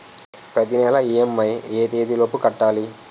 ప్రతినెల ఇ.ఎం.ఐ ఎ తేదీ లోపు కట్టాలి?